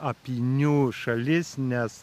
apynių šalis nes